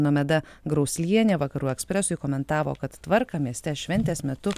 nomeda grauslienė vakarų ekspresui komentavo kad tvarką mieste šventės metu